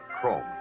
chrome